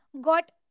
got